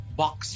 box